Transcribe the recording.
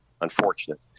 unfortunate